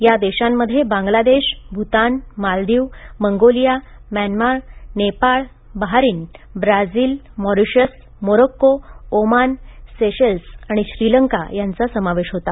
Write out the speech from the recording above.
या देशांमध्ये Bangladesh Bhutan Maldives Mongolia Myanmar Nepal Bahrain Brazil Mauritius Morocco Oman Seychelles आणि श्रीलंका यांचा समावेश होता